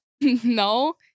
No